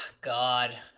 god